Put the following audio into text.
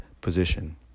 position